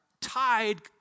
tied